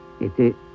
était